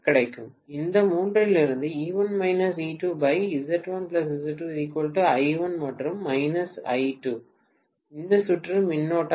இந்த மூன்றிலிருந்து மற்றும் இது சுற்றும் மின்னோட்டமாகும்